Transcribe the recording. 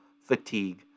Fatigue